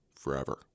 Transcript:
forever